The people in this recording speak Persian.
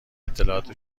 اطلاعات